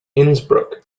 innsbruck